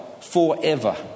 forever